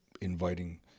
inviting